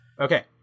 Okay